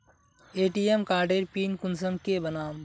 ATM कार्डेर pin कुंसम के बनाम?